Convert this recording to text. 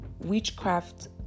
witchcraft